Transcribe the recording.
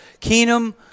Keenum